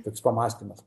toks pamąstymas